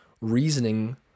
reasoning